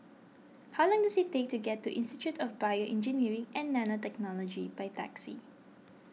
how long does it take to get to Institute of BioEngineering and Nanotechnology by taxi